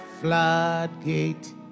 floodgate